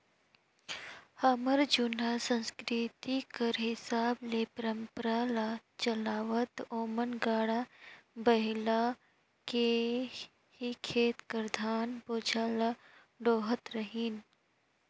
हमर जुनहा संसकिरती कर हिसाब ले परंपरा ल चलावत ओमन गाड़ा बइला ले ही खेत कर धान बोझा ल डोहत रहिन